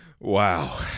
Wow